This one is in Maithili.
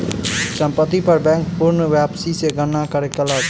संपत्ति पर बैंक पूर्ण वापसी के गणना कयलक